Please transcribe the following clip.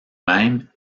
même